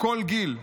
בכל גיל.